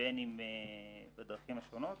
בדרכים שונות.